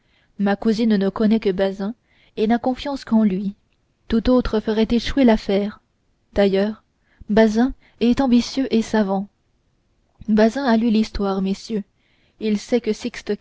ma cousine ne connaît que bazin et n'a confiance qu'en lui tout autre ferait échouer l'affaire d'ailleurs bazin est ambitieux et savant bazin a lu l'histoire messieurs il sait que